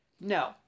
No